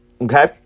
Okay